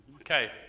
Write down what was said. Okay